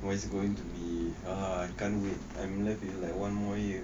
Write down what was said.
what's going to be ah !huh! I can't wait I'm left with like one more year